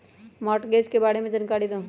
Mortgage के बारे में जानकारी देहु?